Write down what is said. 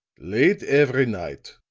late every night,